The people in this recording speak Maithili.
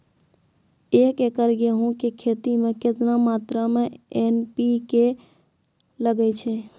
एक एकरऽ गेहूँ के खेती मे केतना मात्रा मे एन.पी.के लगे छै?